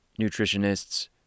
nutritionists